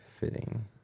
Fitting